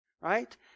right